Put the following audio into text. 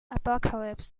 apocalypse